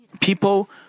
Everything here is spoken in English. People